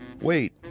Wait